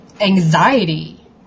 anxiety